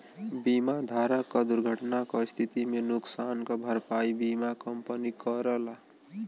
बीमा धारक क दुर्घटना क स्थिति में नुकसान क भरपाई बीमा कंपनी करला